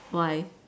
why